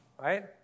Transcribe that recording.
Right